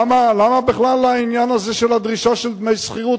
למה בכלל העניין הזה של הדרישה של דמי שכירות